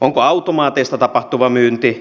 onko automaateista tapahtuva myynti